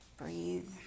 Breathe